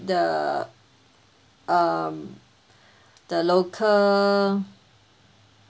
the um the local